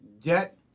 debt